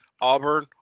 Auburn